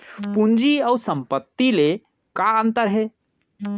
पूंजी अऊ संपत्ति ले का अंतर हे?